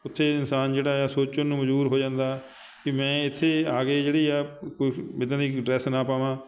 ਉੱਥੇ ਇਨਸਾਨ ਜਿਹੜਾ ਆ ਸੋਚਣ ਨੂੰ ਮਜਬੂਰ ਹੋ ਜਾਂਦਾ ਕਿ ਮੈਂ ਇੱਥੇ ਆ ਕੇ ਜਿਹੜੀ ਆ ਕੁਛ ਵੀ ਇੱਦਾਂ ਦੀ ਡਰੈਸ ਨਾ ਪਾਵਾਂ